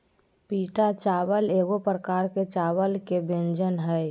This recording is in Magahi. पीटा चावल एगो प्रकार के चावल के व्यंजन हइ